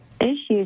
issues